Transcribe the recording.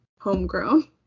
homegrown